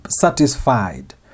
satisfied